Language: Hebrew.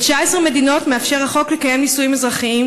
ב-19 מדינות מאפשר החוק לקיים נישואים אזרחיים